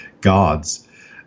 gods